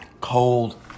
Cold